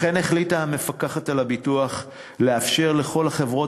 לכן החליטה המפקחת על הביטוח לאפשר לכל חברות